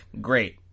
great